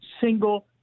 single